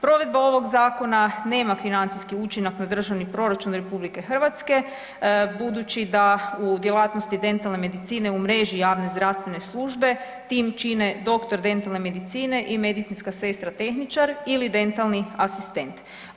Provedba ovog zakona nema financijski učinak na Državni proračun RH budući da u djelatnosti dentalne medicine u mreži javne zdravstvene službe tim čine doktor dentalne medicine i medicinska sestra tehničar ili dentalni asistent.